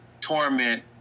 torment